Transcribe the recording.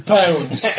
pounds